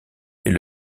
est